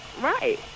Right